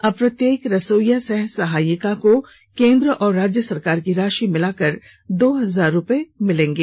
अब प्रत्येक रसोइया सह सहायिका को केंद्र और राज्य सरकार की राशि मिलाकर दो हजार रुपए मिलेंगे